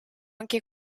anche